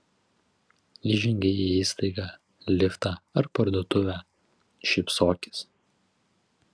įžengei į įstaigą liftą ar parduotuvę šypsokis